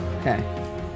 okay